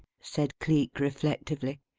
said cleek, reflectively.